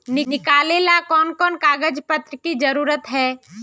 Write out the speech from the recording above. निकाले ला कोन कोन कागज पत्र की जरूरत है?